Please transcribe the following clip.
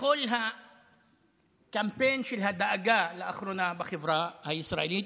בכל הקמפיין של הדאגה לאחרונה בחברה הישראלית,